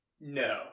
No